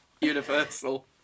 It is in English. universal